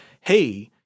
hey –